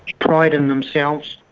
pride in themselves.